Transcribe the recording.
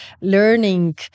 learning